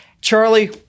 Charlie